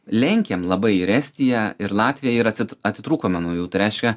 lenkiam labai ir estiją ir latviją ir atseit atitrūkome nuo jų tai reiškia